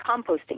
composting